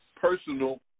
personal